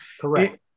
Correct